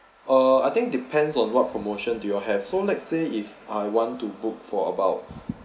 uh I think depends on what promotion do you all have so let's say if I want to book for about